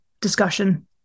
discussion